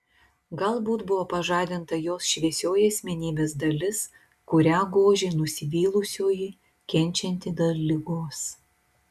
galbūt buvo pažadinta jos šviesioji asmenybės dalis kurią gožė nusivylusioji kenčianti dėl ligos